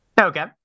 Okay